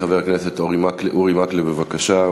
חבר הכנסת אורי מקלב, בבקשה.